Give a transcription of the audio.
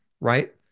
right